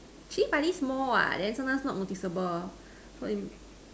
Chili padi small what then sometimes not noticeable so